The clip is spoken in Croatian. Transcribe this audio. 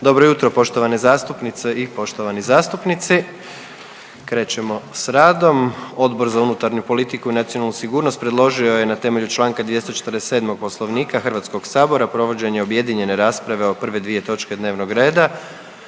Dobro jutro poštovane zastupnice i poštovani zastupnici. Krećemo s radom. Odbor za unutarnju politiku i nacionalnu sigurnost predložio je na temelju čl. 247. Poslovnika Hrvatskog sabora provođenje objedinjene rasprave o prve dvije točke dnevnog reda,